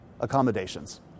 accommodations